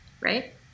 Right